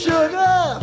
Sugar